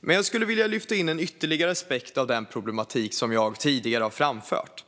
Jag skulle vilja lyfta in en ytterligare aspekt av den problematik jag tidigare framfört.